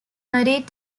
married